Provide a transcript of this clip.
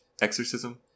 Exorcism